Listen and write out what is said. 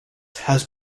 has